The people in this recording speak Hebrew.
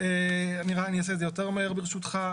אני אעשה את זה יותר מהר, ברשותך.